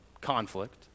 conflict